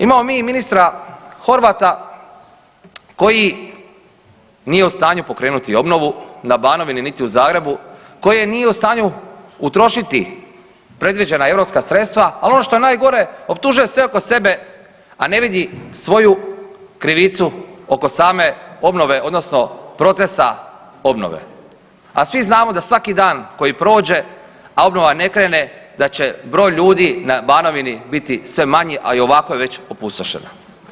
Imamo mi i ministra Horvata koji nije u stanju pokrenuti obnovu na Banovini niti u Zagrebu koje nije u stanju utrošiti predviđena europska sredstva, ali ono što je najgore optužuje sve oko sebe, a ne vidi svoju krivicu oko same obnove odnosno procesa obnove, a svi znamo da svaki dan koji prođe, a obnova ne krene da će broj ljudi na Banovini biti sve manji, a i ovako je već opustošena.